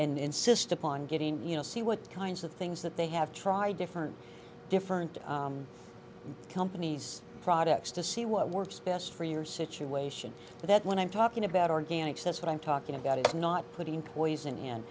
and insist upon getting you know see what kinds of things that they have tried different different companies products to see what works best for your situation so that when i'm talking about organics that's what i'm talking about is not putting poison and